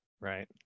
Right